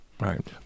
Right